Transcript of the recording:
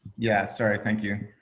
yeah, sorry. thank you.